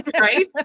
right